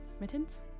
Mittens